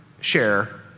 share